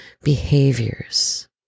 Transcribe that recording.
behaviors